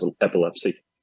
epilepsy